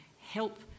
help